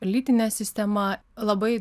lytinė sistema labai